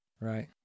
Right